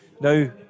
Now